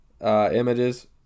images